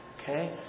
Okay